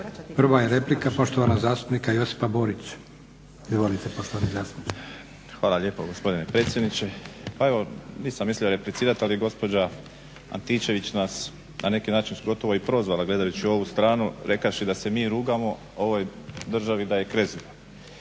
Prva je replika poštovanog zastupnika Josipa Borića. **Borić, Josip (HDZ)** Hvala lijepo gospodine predsjedniče. Pa evo, nisam mislio replicirati, ali je gospođa Antičević nas na neki način gotovo i prozvala gledajući ovu stranu, rekavši da se mi rugamo ovoj državi da je krezuba.